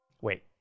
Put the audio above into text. Wait